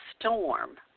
storm